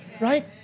right